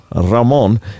ramon